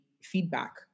feedback